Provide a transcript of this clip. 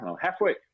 halfway